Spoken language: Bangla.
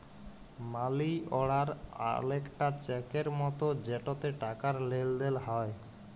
মালি অড়ার অলেকটা চ্যাকের মতো যেটতে টাকার লেলদেল হ্যয়